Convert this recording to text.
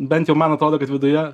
bent jau man atrodo kad viduje